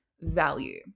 value